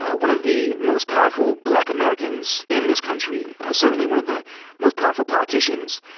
ah one of the most powerful black americans in this country, certainly one of the most powerful politicians,